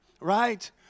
right